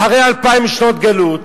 אחרי אלפיים שנות גלות,